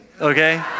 okay